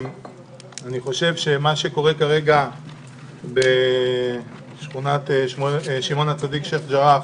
אני חושב שמה שקורה כרגע בשכונת שמעון הצדיק שייח' ג'ראח